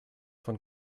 von